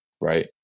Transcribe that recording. Right